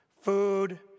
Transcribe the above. food